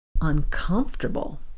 uncomfortable